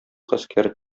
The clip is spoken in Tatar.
гаскәр